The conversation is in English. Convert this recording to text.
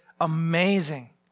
amazing